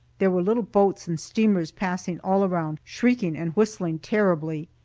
there were little boats and steamers passing all around, shrieking and whistling terribly.